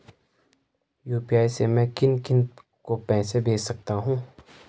UPI से मैं किन किन को पैसे भेज सकता हूँ?